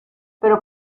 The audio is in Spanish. pero